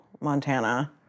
Montana